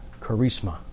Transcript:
charisma